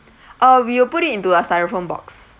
uh we will put it into a styrofoam box